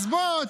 אז בוא,